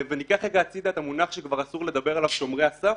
וניקח רגע הצידה את המונח שכבר אסור לדבר עליו "שומרי הסף",